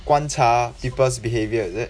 观察 people's behaviour is it